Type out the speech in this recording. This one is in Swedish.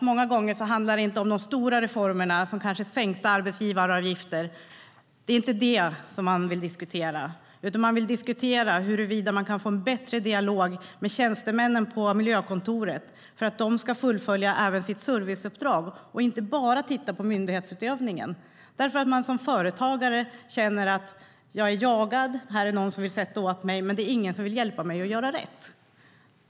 Många gånger handlar det inte om de stora reformerna, till exempel sänkta arbetsgivaravgifter. Det är inte vad man vill diskutera, utan huruvida det går att få en bättre dialog med tjänstemännen på miljökontoret så att de även kan fullfölja sitt serviceuppdrag och inte bara titta på myndighetsutövningen. Som företagare kan man känna sig jagad, att någon vill sätta dit mig, men det är ingen som vill hjälpa mig att göra rätt.